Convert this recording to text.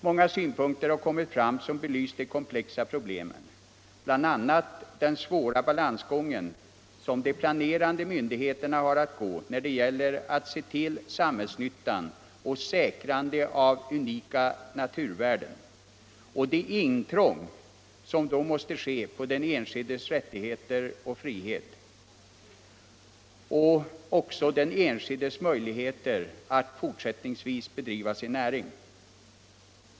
Många synpunkter har kommit fram som belyst de komplexa problemen, bl.a. den svåra balansgång som de planerande myndigheterna tvingas till när det gäller tillgodoseendet av samhällsnyttan och säkrandet av unika naturvärden och det i samband därmed ofrånkomligga intrånget på den enskildes rättigheter och frihet, bl.a. den enskildes möjligheter att fortsättningsvis bedriva sin näring.